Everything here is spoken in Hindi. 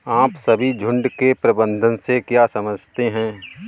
आप सभी झुंड के प्रबंधन से क्या समझते हैं?